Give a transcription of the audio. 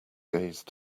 gaze